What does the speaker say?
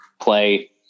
play